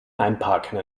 einparken